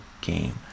game